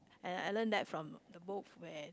and I learn that from the book where